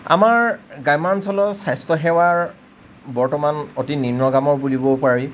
আমাৰ গ্ৰাম্যাঞ্চলত স্বাস্থ্য সেৱাৰ বৰ্তমান অতি নিম্নগামৰ বুলিব পাৰি